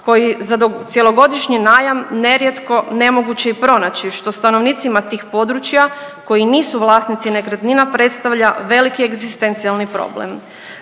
koji za cjelogodišnji najam nerijetko nemoguće je i pronaći, što stanovnicima tih područja koji nisu vlasnici nekretnina predstavlja veliki egzistencijalni problem.